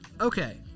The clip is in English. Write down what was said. Okay